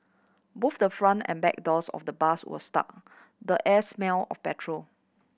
both the front and back doors of the bus were stuck the air smelled of petrol